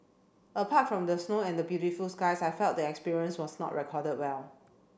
apart from the snow and the beautiful skies I felt the experience was not recorded well